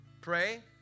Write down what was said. pray